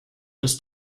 des